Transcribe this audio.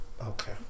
Okay